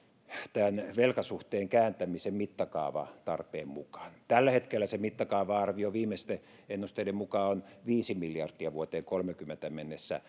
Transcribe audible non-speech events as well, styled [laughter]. tämän velkasuhteen kääntämisen mittakaavatarpeen mukaan tällä hetkellä se mittakaava arvio viimeisten ennusteiden mukaan on viisi miljardia vuoteen kaksituhattakolmekymmentä mennessä [unintelligible]